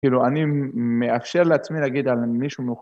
כאילו, אני מאפשר לעצמי להגיד על מישהו